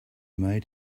made